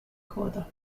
coda